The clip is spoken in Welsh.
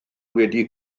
wedi